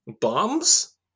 Bombs